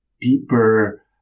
deeper